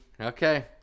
Okay